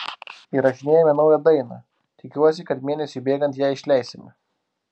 įrašinėjame naują dainą tikiuosi kad mėnesiui bėgant ją išleisime